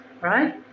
right